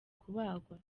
kubagwa